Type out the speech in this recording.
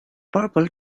purple